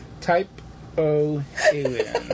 Type-O-Alien